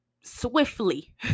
swiftly